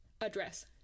Address